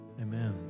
Amen